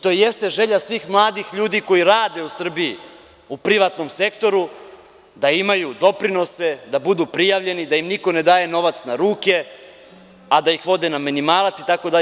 To jeste želja svih mladih ljudi koji rade u Srbiji u privatnom sektoru, da imaju doprinose, da budu prijavljeni, da im niko ne daje novac na ruke, a da ih vode na minimalac, itd.